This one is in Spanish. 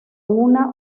una